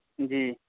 جی